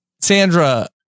Sandra